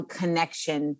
connection